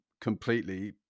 completely